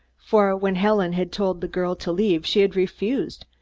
for when helen had told the girl to leave she had refused,